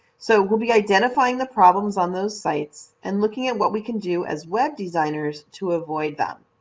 so we'll be identifying the problems on those sites, and looking at what we can do as web designers to avoid them.